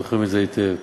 זוכרים את זה היטב,